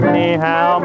Anyhow